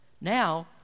Now